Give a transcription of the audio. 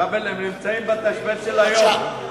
כבל, הם נמצאים בתשבץ של היום.